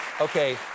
Okay